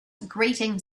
grating